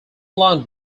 london